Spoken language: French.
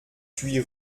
huit